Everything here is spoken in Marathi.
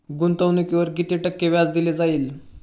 गुंतवणुकीवर किती टक्के व्याज दिले जाईल?